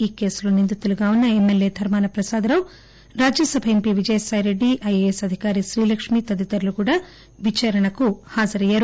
ఈ కేసులో నిందితులుగా ఉన్న MLA Dharmana Prasada Rao Rajya Sabha MP Vijayasai Reddy IAS అధికారి శ్రీలక్ష్మి తదితరులు కూడా విచారణకు హాజరయ్యారు